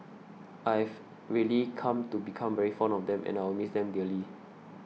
I've really come to become very fond of them and I will miss them dearly